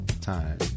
time